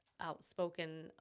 outspoken